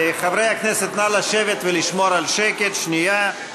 חברי הכנסת, נא לשבת ולשמור על שקט שנייה.